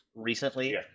recently